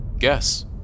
guess